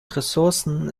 ressourcen